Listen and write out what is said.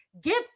give